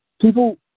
People